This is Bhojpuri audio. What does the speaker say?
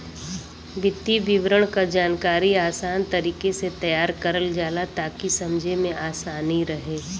वित्तीय विवरण क जानकारी आसान तरीके से तैयार करल जाला ताकि समझे में आसानी रहे